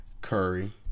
curry